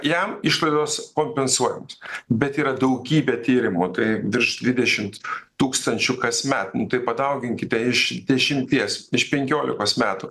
jam išlaidos kompensuojant bet yra daugybė tyrimų tai virš dvidešimt tūkstančių kasmet tai padauginkite iš dešimties iš penkiolikos metų